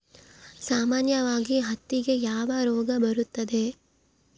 ಸಾಮಾನ್ಯವಾಗಿ ಹತ್ತಿಗೆ ಯಾವ ರೋಗ ಬರುತ್ತದೆ?